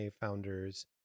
founders